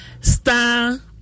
star